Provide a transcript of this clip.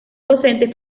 docente